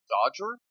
Dodger